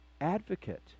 advocate